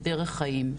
כדרך חיים.